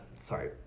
Sorry